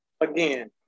Again